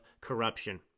corruption